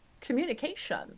communication